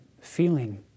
feeling